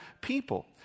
people